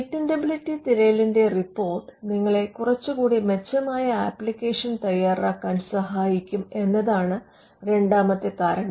patentability തിരയലിന്റെ report നിങ്ങളെ കുറച്ചുകൂടി മെച്ചമായ അപ്ലിക്കേഷൻ തയ്യാറാക്കാൻ സഹായിക്കും എന്നതാണ് രണ്ടാമത്തെ കാരണം